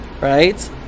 right